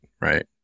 Right